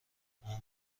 اون